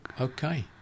okay